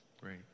Great